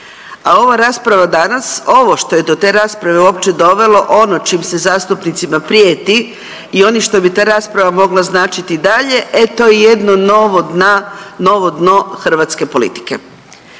a ova rasprava danas, ovo što je do te rasprave uopće dovelo, ono čim se zastupnicima prijeti i oni šta bi ta rasprava mogla značiti dalje e to je jedno novo dna, novo dno hrvatske politike.